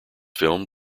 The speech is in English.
filmed